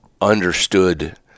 understood